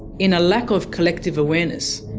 in a lack of collective awareness.